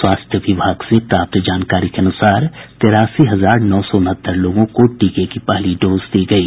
स्वास्थ्य विभाग से प्राप्त जानकारी के अनुसार तेरासी हजार नौ सौ उनहत्तर लोगों को टीके की पहली डोज दी गयी